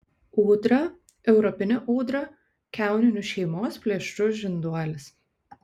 ūdra europinė ūdra kiauninių šeimos plėšrus žinduolis